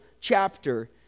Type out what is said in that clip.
chapter